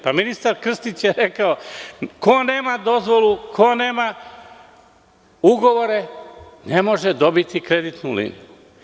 Pa, ministar Krstić je rekao – ko nema dozvolu, ko nema ugovore, ne može dobiti kreditnu liniju.